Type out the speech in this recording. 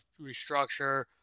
restructure